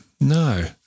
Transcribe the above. No